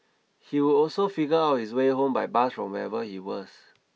he would also figure out his way home by bus from wherever he was